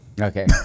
Okay